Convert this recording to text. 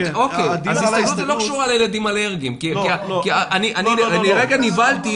אז ההסתגלות לא קשורה לילדים אלרגיים כי לרגע נבהלתי,